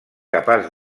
capaç